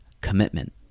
commitment